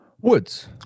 Woods